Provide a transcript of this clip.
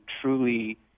truly